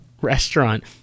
restaurant